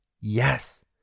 Yes